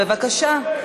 בבקשה.